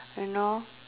you know